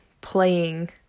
playing